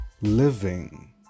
living